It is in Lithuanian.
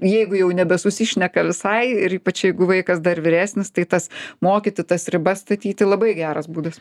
jeigu jau nebesusišneka visai ir ypač jeigu vaikas dar vyresnis tai tas mokyti tas ribas statyti labai geras būdas